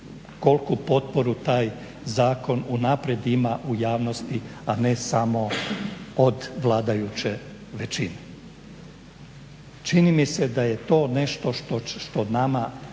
koliku potporu taj zakonu unaprijed ima u javnosti, a ne samo od vladajuće većine. Čini mi se da je to nešto što nama